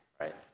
right